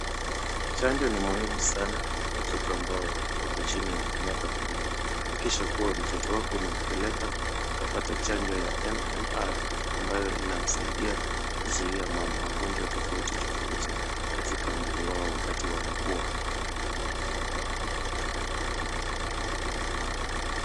Chanjo ni muhimu sana kwa watoto ambao wako chini ya miaka kumi. Hakikisha kuwa mtoto wako umempeleka, akapata chanjo ya MMR. Ambayo inamsaidia kuzuia magonjwa tofauti tofauti katika mwili wao wakati wanakuwa.